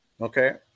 Okay